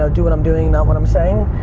so do what i'm doing not what i'm saying.